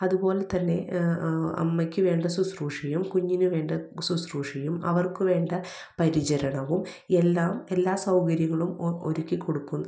അതുപോലെ തന്നെ അമ്മയ്ക്ക് വേണ്ട ശുശ്രുഷയും കുഞ്ഞിന് വേണ്ട ശുശ്രുഷയും അവർക്ക് വേണ്ട പരിചരണവും എല്ലാം എല്ലാ സൗകര്യങ്ങളും ഒ ഒരുക്കിക്കൊടുക്കും